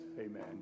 Amen